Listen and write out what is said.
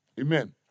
Amen